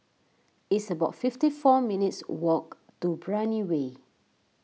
it's about fifty four minutes' walk to Brani Way